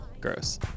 Gross